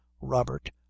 robert